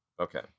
Okay